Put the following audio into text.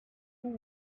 who